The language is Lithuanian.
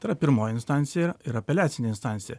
tai yra pirmoji instancija ir apeliacinė instancija